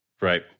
Right